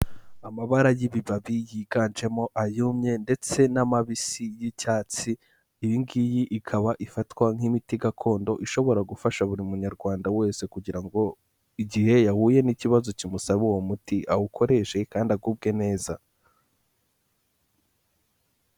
Amabara y'ibibabi yiganjemo ayumye ndetse n'amabisi y'icyatsi. iyi ngiyi ikaba ifatwa nk'imiti gakondo ishobora gufasha buri munyarwanda wese kugira ngo igihe yahuye n'ikibazo kimusaba uwo muti awukoreshe kandi agubwe neza.